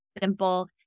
simple